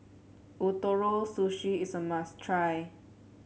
Ootoro Sushi is a must try